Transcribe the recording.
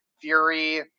fury